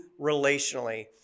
relationally